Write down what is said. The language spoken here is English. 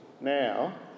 Now